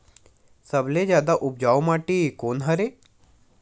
सबले जादा उपजाऊ माटी कोन हरे?